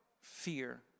fear